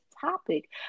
topic